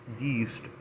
yeast